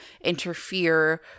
interfere